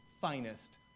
finest